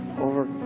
over